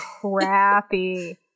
crappy